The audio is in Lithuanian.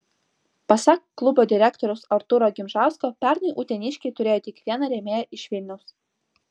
pasak klubo direktoriaus artūro gimžausko pernai uteniškiai turėjo tik vieną rėmėją iš vilniaus